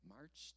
March